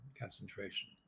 concentration